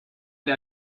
der